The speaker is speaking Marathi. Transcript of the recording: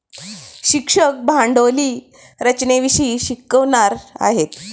शिक्षक भांडवली रचनेविषयी शिकवणार आहेत